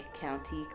County